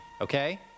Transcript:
okay